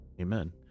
Amen